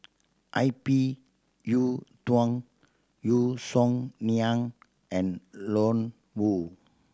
I P Yiu Tung Yeo Song Nian and Ian Woo